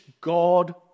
God